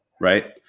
right